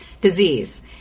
disease